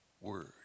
word